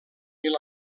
mil